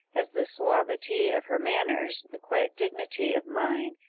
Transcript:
as the suavity of her manners, the quiet dignity of mind,